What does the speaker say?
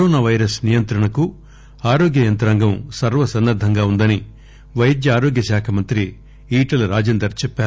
corona virus నియంత్రణకు ఆరోగ్య యంత్రాంగం సర్వసన్నద్దంగా ఉందని వైద్య ఆరోగ్య శాఖ మంత్రి ఈటల రాజేందర్ చెప్పారు